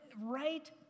right